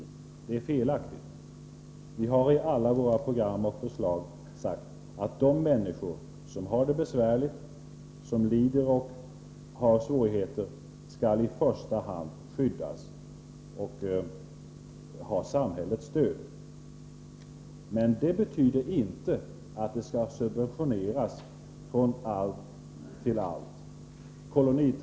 Det är felaktigt. I alla våra program och förslag har vi sagt att de människor som har det besvärligt, som lider och har svårigheter, i första hand skall skyddas och ha samhällets stöd. Men det betyder inte att de skall subventioneras från allt till allt.